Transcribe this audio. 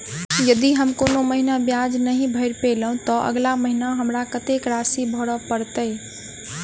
यदि हम कोनो महीना ब्याज नहि भर पेलीअइ, तऽ अगिला महीना हमरा कत्तेक राशि भर पड़तय?